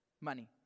money